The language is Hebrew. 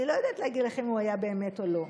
אני לא יודעת להגיד לכם אם הוא היה באמת או לא.